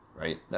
right